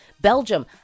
Belgium